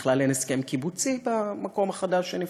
ובכלל אין הסכם קיבוצי במקום החדש שנפתח.